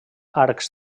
arcs